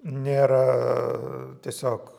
nėra tiesiog